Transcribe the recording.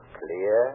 clear